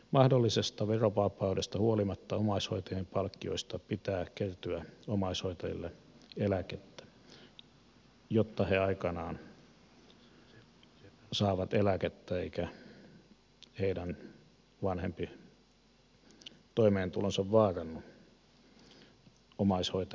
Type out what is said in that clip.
mahdollisesta verovapaudesta huolimatta omaishoitajien palkkioista pitää kertyä omaishoitajille eläkettä jotta he aikanaan saavat eläkettä eikä heidän toimeentulonsa vaarannu omaishoitajuuden takia